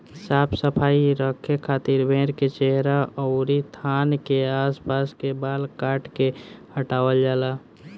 साफ सफाई रखे खातिर भेड़ के चेहरा अउरी थान के आस पास के बाल काट के हटावल जाला